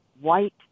white